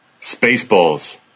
Spaceballs